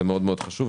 זה מאוד מאוד חשוב,